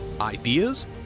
Ideas